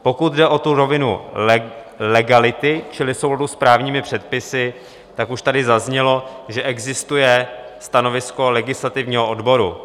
Pokud jde o rovinu legality čili souladu s právními předpisy, tak už tady zaznělo, že existuje stanovisko legislativního odboru.